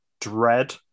dread